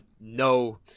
no